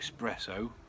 espresso